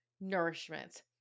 nourishment